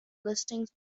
listings